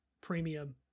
premium